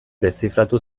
deszifratu